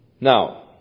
Now